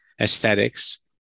aesthetics